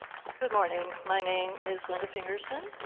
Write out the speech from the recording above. good morning. my name is linda fingerson.